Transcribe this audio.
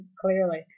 clearly